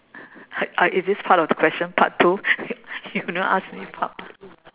h~ uh is this part of the question part two you never ask me part